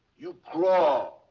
you crawl.